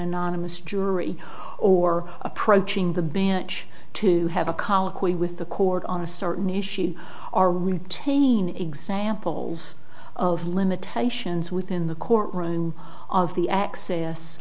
anonymous jury or approaching the bench to have a colloquy with the court on a certain issue are retain examples of limitations within the court room of the access